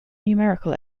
numerical